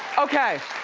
okay,